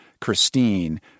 Christine